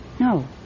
No